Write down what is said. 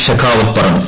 ഷെഖാവത്ത് പറഞ്ഞു